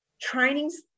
training's